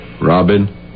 Robin